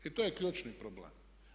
I to je ključni problem.